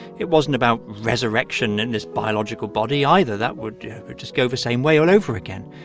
it wasn't about resurrection and this biological body, either. that would just go the same way all over again.